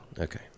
okay